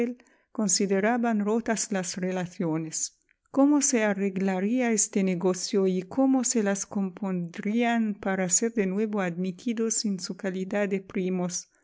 consideraban rotas las relaciones cómo se arreglaría este negocio y cómo se las compondrían para ser de nuevo admitidos en su calidad de primos